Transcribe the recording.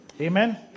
Amen